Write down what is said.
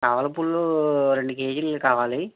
కలవ పూలు రెండు కేజీలు కావాలి